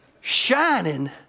shining